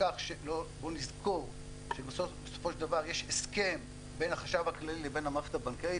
בוא נזכור שבסופו של דבר יש הסכם בין החשב הכללי לבין המערכת הבנקאית.